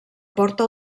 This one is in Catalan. porta